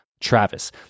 Travis